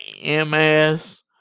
MS